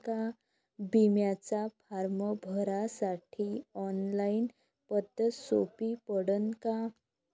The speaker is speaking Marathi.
बिम्याचा फारम भरासाठी ऑनलाईन पद्धत सोपी पडन का?